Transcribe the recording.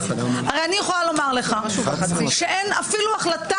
הרי אני יכולה לומר לך שאין אפילו החלטה